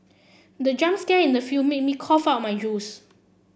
the jump scare in the film made me cough out my juice